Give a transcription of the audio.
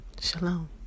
Shalom